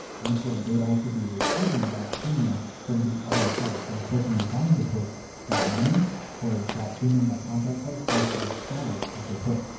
and so they'd also be receiving that premium from the other side, from the person who's buying the, put that money for ah that premium, that contract price goes to the seller of the put.